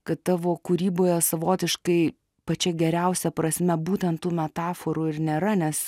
kad tavo kūryboje savotiškai pačia geriausia prasme būtent tų metaforų ir nėra nes